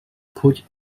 put